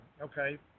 okay